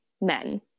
men